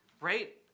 Right